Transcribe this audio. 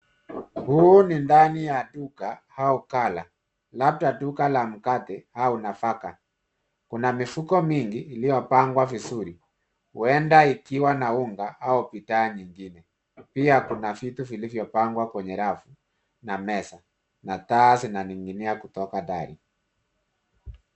Huku nindani ya duka au kala, labda duka la mkate au nafaka. Kuna mifuko mingi ili opangwa vizuri, uenda ikiwa na unga au bidhaa nyingine, napia kuna vitu vilivyo pangwa kwenye rafu na meza, na taa zina ninginia kutoka dari.